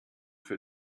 für